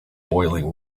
boiling